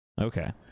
Okay